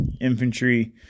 infantry